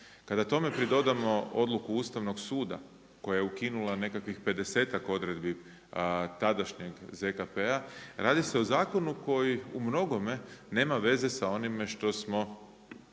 Kada tome pridodamo odluku Ustavnog suda, koje je ukinula nekakvih pedesetak odredbi tadašnjeg ZKP-a, radi se o zakonu koji u mnogome nema veze sa onime što smo